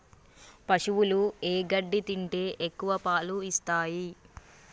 పశువులు ఏ గడ్డి తింటే ఎక్కువ పాలు ఇస్తాయి?